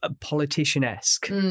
politician-esque